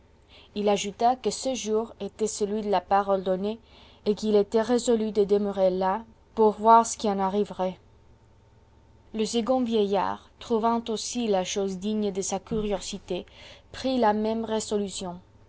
il ajouta que ce jour était celui de la parole donnée et qu'il était résolu de demeurer là pour voir ce qui en arriverait le second vieillard trouvant aussi la chose digne de sa curiosité prit la même résolution